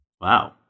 Wow